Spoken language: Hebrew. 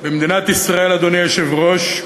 במדינת ישראל, אדוני היושב-ראש,